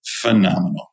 phenomenal